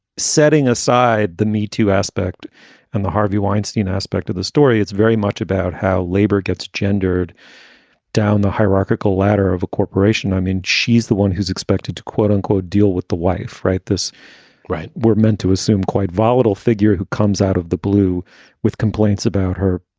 setting aside the metoo aspect and the harvey weinstein aspect of the story, it's very much about how labor gets gendered down the hierarchical ladder of a corporation. i mean, she's the one who's expected to, quote unquote, deal with the wife. right. this right. we're meant to assume quite volatile figure who comes out of the blue with complaints about her.